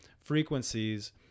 frequencies